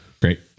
great